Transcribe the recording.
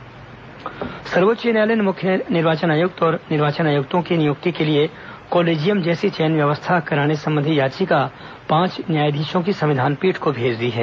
सुको निर्वाचन आयुक्त नियुक्ति सर्वोच्च न्यायालय ने मुख्य निर्वाचन आयुक्त और निर्वाचन आयुक्तों की नियुक्ति के लिए कोलिजियम जैसी चयन व्यवस्था कराने संबंधी याचिका पांच न्यायाधीशों की संविधान पीठ को भेज दी है